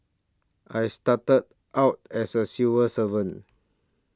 I started out as a civil servant